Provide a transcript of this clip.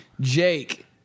Jake